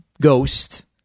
Ghost